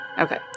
Okay